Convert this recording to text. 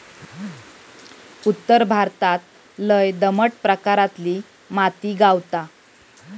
उत्तर भारतात लय दमट प्रकारातली माती गावता